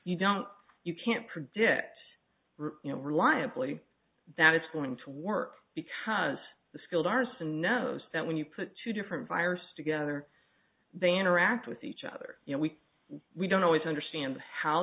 you don't you can't predict you know reliably that it's going to work because the skilled arson knows that when you put two different viruses together they interact with each other you know we we don't always understand how